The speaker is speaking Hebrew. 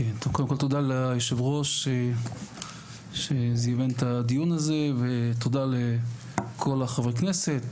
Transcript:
קודם כל תודה ליושב ראש שזימן את הדיון הזה ותודה לכל חברי הכנסת,